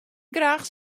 graach